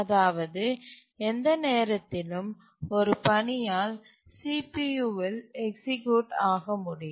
அதாவது எந்த நேரத்திலும் ஒரு பணியால் CPU இல் எக்சீக்யூட் ஆக முடியும்